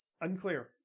unclear